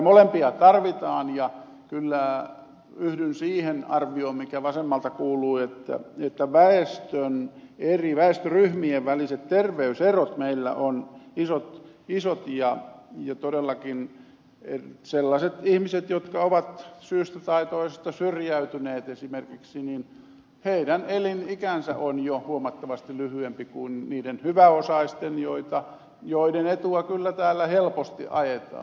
molempia tarvitaan ja kyllä yhdyn siihen arvioon mikä vasemmalta kuului että eri väestöryhmien väliset terveyserot meillä on isot ja todellakin sellaisten ihmisten elinikä jotka ovat syystä tai toisesta syrjäytyneet esimerkiksi on jo huomattavasti lyhyempi kuin niiden hyväosaisten joiden etua kyllä täällä helposti ajetaan